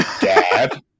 Dad